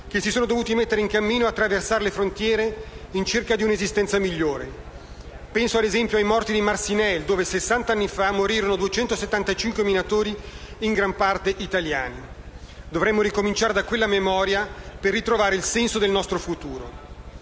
che si sono dovuti mettere in cammino e attraversare frontiere in cerca di una esistenza migliore: penso ad esempio ai morti di Marcinelle, dove sessant'anni fa morirono 262 minatori in gran parte italiani. Dovremmo ricominciare da quella memoria per ritrovare il senso del nostro futuro.